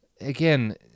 Again